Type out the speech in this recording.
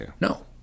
no